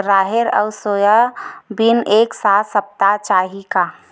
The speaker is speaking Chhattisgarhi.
राहेर अउ सोयाबीन एक साथ सप्ता चाही का?